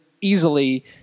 easily